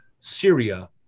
SYRIA